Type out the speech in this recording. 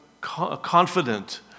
confident